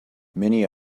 many